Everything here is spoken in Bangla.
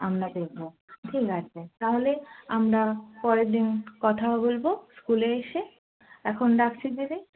আপনাকে ঠিক আছে তাহলে আমরা পরের দিন কথা বলবো স্কুলে এসে এখন রাখছি দিদি